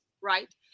right